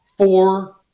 Four